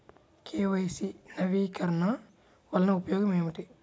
KYC నవీకరణ వలన ఉపయోగం ఏమిటీ?